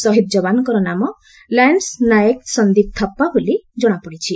ଶହୀଦ୍ ଯବାନଙ୍କର ନାମ ଲାନ୍ସ ନାଏକ ସନ୍ଦିପ୍ ଥାପ୍ପା ବୋଲି ଜଣାପଡ଼ିଛି